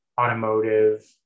automotive